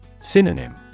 Synonym